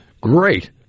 great